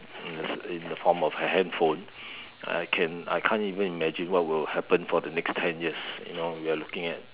in a in a form of a handphone I can I can't even imagine what will happen for the next ten years you know we are looking at